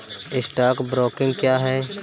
Stock broking क्या है?